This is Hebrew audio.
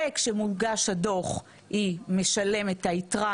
וכשמונגש הדו"ח היא משלמת את היתרה,